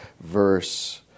verse